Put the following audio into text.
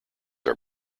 are